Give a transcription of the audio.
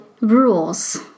rules